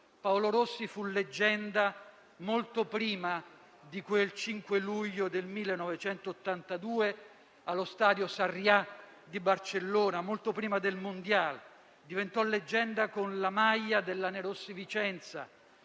Paolo Rossi fu leggenda molto prima di quel 5 luglio 1982 allo stadio Sarriá di Barcellona, molto prima del mondiale. Diventò leggenda con la maglia della squadra Lanerossi Vicenza,